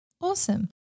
Awesome